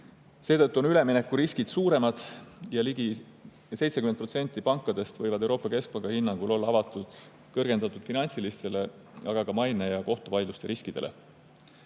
Seetõttu on üleminekuriskid suuremad ja ligi 70% pankadest võib Euroopa Keskpanga hinnangul olla avatud kõrgendatud finantsilistele, aga ka maine ja kohtuvaidlustega seotud riskidele.